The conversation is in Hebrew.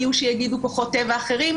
יהיו שיגידו "כוחות טבע אחרים",